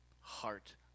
heart